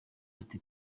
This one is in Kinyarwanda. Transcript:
ati